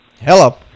Hello